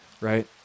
right